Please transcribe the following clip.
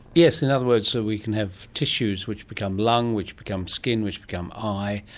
yes, in other words so we can have tissues which become lung, which become skin, which become eye,